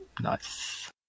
Nice